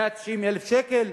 190,000 שקל.